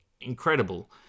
incredible